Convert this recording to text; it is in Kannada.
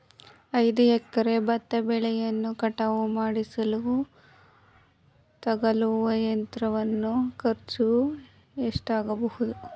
ಐದು ಎಕರೆ ಭತ್ತ ಬೆಳೆಯನ್ನು ಕಟಾವು ಮಾಡಿಸಲು ತಗಲುವ ಯಂತ್ರದ ಖರ್ಚು ಎಷ್ಟಾಗಬಹುದು?